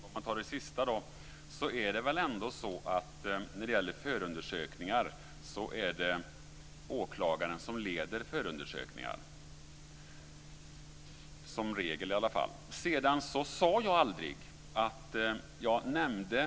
Herr talman! Det var mycket på en gång. För att börja med det sista är det väl ändå åklagaren som leder förundersökningar, i alla fall som regel. Sedan sade jag aldrig detta som Alice Åström säger.